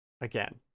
Again